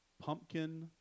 pumpkin